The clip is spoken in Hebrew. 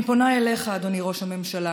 אני פונה אליך, אדוני ראש הממשלה,